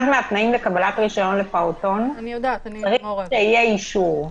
אחד מהתנאים לקבלת רישיון לפעוטון זה שיהיה אישור.